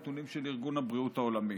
נתונים של ארגון הבריאות העולמי.